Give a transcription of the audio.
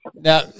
Now